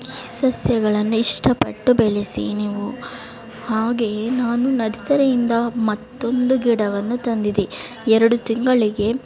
ಈ ಸಸ್ಯಗಳನ್ನು ಇಷ್ಟ ಪಟ್ಟು ಬೆಳೆಸಿ ನೀವು ಹಾಗೆಯೇ ನಾನು ನರ್ಸರಿಯಿಂದ ಮತ್ತೊಂದು ಗಿಡವನ್ನು ತಂದಿದ್ದೆ ಎರಡು ತಿಂಗಳಿಗೆ